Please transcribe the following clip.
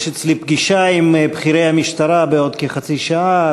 יש אצלי פגישה עם בכירי המשטרה בעוד כחצי שעה,